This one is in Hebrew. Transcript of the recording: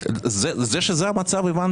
זה שזה המצב הבנתי.